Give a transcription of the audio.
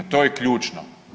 To je ključno.